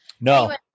No